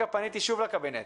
כרגע פניתי שוב לקבינט.